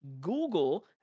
Google